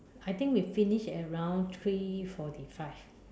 I think we finish at around three forty five